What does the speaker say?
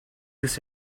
this